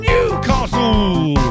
Newcastle